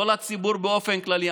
לא לציבור באופן כללי.